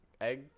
Egg